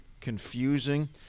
confusing